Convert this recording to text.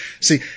see